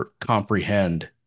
comprehend